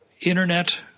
internet